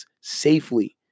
safely